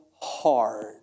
hard